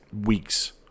weeks